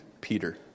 Peter